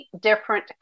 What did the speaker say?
different